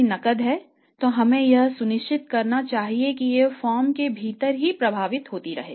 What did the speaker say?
यदि नकद है तो हमें यह सुनिश्चित करना चाहिए कि यह फर्म के भीतर प्रवाहित होती रहे